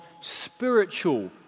spiritual